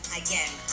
again